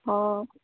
ହଁ